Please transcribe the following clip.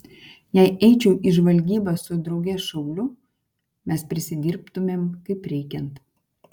jei eičiau į žvalgybą su drauge šauliu mes prisidirbtumėm kaip reikiant